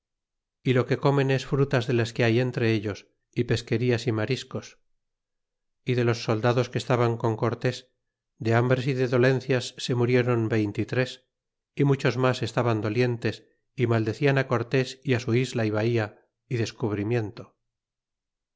y lo que comen es frutas de las que hay entre ellos y pesquenas y mariscos y de los soldados que estaban con cortés de hambres y de dolencias se murieron veinte y tres y muchos mas estaban dolientes y maldecian cortés y á su isla y bahía y descubrimiento